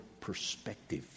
perspective